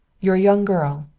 you're a young girl,